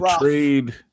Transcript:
trade